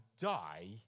die